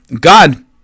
God